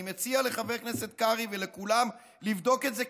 אני מציע לחבר הכנסת קרעי ולכולם לבדוק את זה,